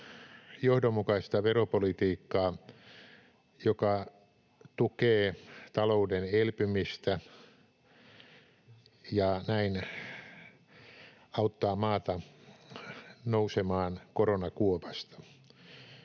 johdonmukaista veropolitiikkaa, joka tukee talouden elpymistä ja näin auttaa maata nousemaan koronakuopasta.